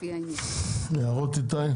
לפי העניין,"." הערות איתי?